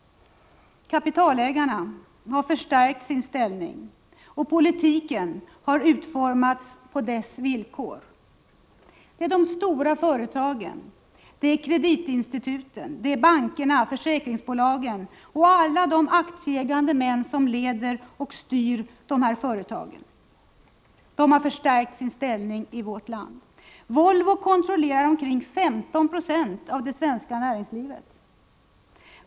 Kapitalägarna har förstärkt sin ställning, och politiken har utformats på deras villkor. Det är de stora företagen, det är kreditinstituten, bankerna, försäkringsbolagen och alla de aktieägande män som leder och styr dessa företag som har förstärkt sin ställning i vårt land. Volvo kontrollerar omkring 15 90 av det svenska näringslivet.